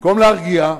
במקום להרגיע,